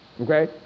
Okay